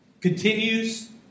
Continues